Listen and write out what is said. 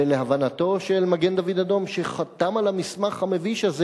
ולהבנתו של מגן-דוד-אדום שחתם על המסמך המביש הזה,